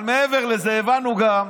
אבל מעבר לזה, הבנו גם,